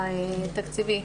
ההיבט התקציבי,